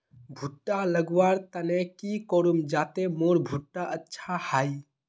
भुट्टा लगवार तने की करूम जाते मोर भुट्टा अच्छा हाई?